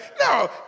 No